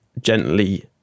gently